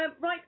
right